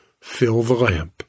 fillthelamp